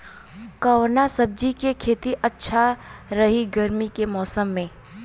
कवना सब्जी के खेती अच्छा रही गर्मी के मौसम में?